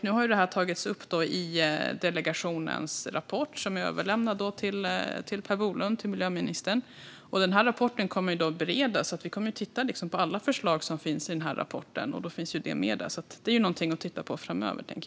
Nu har det tagits upp i delegationens rapport, som är överlämnad till miljöminister Per Bolund. Denna rapport kommer att beredas, och vi kommer att titta på alla förslag som finns i den. Detta finns med där och är något att titta på framöver.